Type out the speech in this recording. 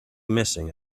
missing